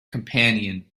companion